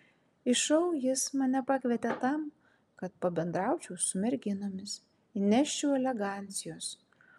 į šou jis mane pakvietė tam kad pabendraučiau su merginomis įneščiau elegancijos